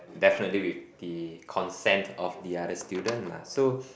definitely with the consent of the other student lah so